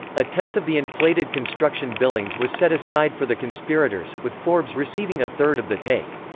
a tenth of the inflated construction billings was set aside for the conspirators, with forbes receiving a third of the take.